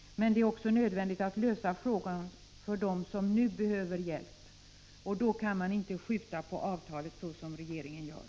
Men det är också nödvändigt att lösa frågan för dem som nu behöver hjälp. Då kan man inte skjuta på avtalet så som regeringen gör.